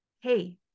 hey